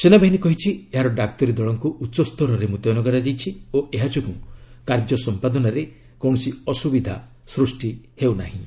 ସେନାବାହିନୀ କହିଛି ଏହାର ଡାକ୍ତରୀ ଦଳଙ୍କୁ ଉଚ୍ଚସ୍ତରରେ ମୁତୟନ କରାଯାଇଛି ଓ ଏହା ଯୋଗୁଁ କାର୍ଯ୍ୟ ସଂପାଦନରେ କୌଣସି ଅସୁବିଧା ସୃଷ୍ଟି ହେଉନାହିଁ